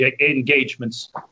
engagements